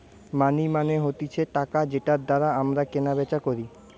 মানি মানে হতিছে টাকা যেটার দ্বারা আমরা কেনা বেচা করি